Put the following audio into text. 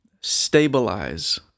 stabilize